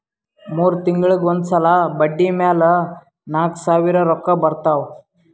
ಮೂರ್ ತಿಂಗುಳಿಗ್ ಒಂದ್ ಸಲಾ ಬಡ್ಡಿ ಮ್ಯಾಲ ನಾಕ್ ಸಾವಿರ್ ರೊಕ್ಕಾ ಬರ್ತಾವ್